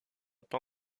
pas